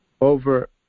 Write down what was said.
over